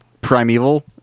Primeval